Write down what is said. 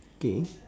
K